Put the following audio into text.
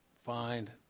find